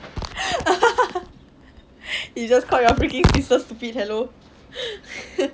you just called your freaking sister stupid hello